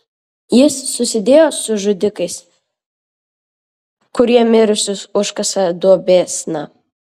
jis susidėjo su žudikais kurie mirusius užkasa duobėsna